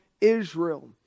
israel